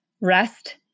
rest